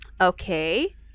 Okay